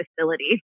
facility